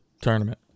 tournament